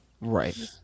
Right